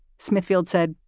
smithfield said,